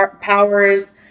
powers